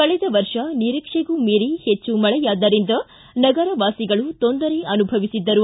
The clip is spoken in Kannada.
ಕಳೆದ ವರ್ಷ ನಿರೀಕ್ಷೆಗೂ ಮೀರಿ ಹೆಚ್ಚು ಮಳೆಯಾದ್ದರಿಂದ ನಗರವಾಸಿಗಳು ತೊಂದರೆ ಅನುಭವಿಸಿದ್ದರು